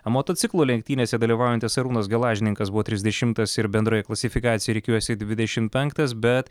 motociklų lenktynėse dalyvaujantis arūnas gelažninkas buvo trisdešimtas ir bendroje klasifikacijoje rikiuojasi dvidešim penktas bet